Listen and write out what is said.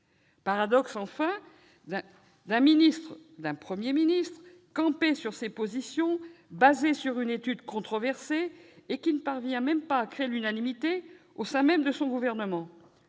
Paradoxe, enfin, d'un Premier ministre qui campe sur des positions fondées sur une étude controversée, et qui ne parvient pas à créer l'unanimité au sein même de son gouvernement.